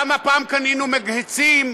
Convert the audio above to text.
פעם קנינו שם מגהצים,